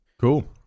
Cool